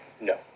No